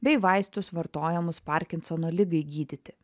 bei vaistus vartojamus parkinsono ligai gydyti